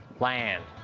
land.